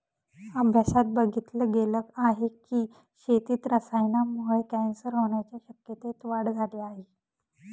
अभ्यासात बघितल गेल आहे की, शेतीत रसायनांमुळे कॅन्सर होण्याच्या शक्यतेत वाढ झाली आहे